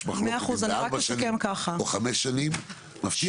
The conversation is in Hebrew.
ויש מחלוקת אם זה ארבע שנים או חמש שנים -- מאה אחוז.